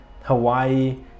Hawaii